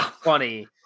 funny